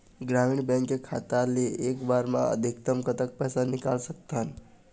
ग्रामीण बैंक के खाता ले एक बार मा अधिकतम कतक पैसा निकाल सकथन?